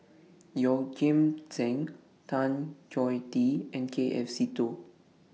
Yeoh Ghim Seng Tan Choh Tee and K F Seetoh